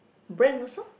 brand also